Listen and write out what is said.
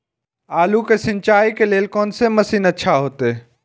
आलू के सिंचाई के लेल कोन से मशीन अच्छा होते?